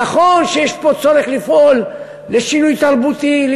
נכון שיש פה צורך לפעול לשינוי תרבותי,